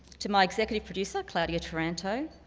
to my executive producer claudia taranto,